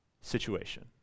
situation